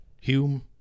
Hume